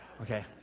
Okay